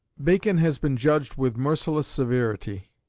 bacon has been judged with merciless severity.